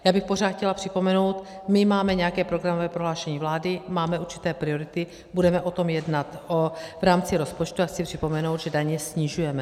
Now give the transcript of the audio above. Já bych pořád chtěla připomenout, my máme nějaké programové prohlášení vlády, máme určité priority, budeme o tom jednat v rámci rozpočtu a chci připomenout, že daně snižujeme.